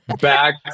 Back